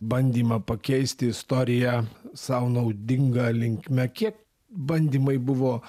bandymą pakeisti istoriją sau naudinga linkme kiek bandymai buvo